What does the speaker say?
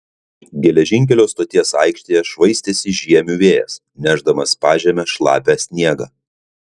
geležinkelio stoties aikštėje švaistėsi žiemių vėjas nešdamas pažeme šlapią sniegą